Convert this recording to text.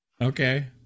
okay